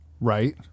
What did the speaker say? Right